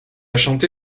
chanté